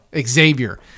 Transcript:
Xavier